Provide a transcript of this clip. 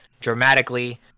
dramatically